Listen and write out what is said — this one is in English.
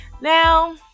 Now